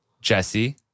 Jesse